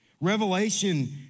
Revelation